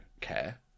care